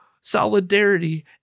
solidarity